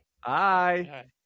Hi